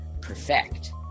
perfect